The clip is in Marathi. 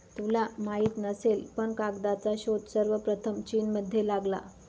तुला माहित नसेल पण कागदाचा शोध सर्वप्रथम चीनमध्ये लागला